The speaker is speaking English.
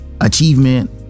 achievement